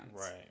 right